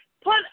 put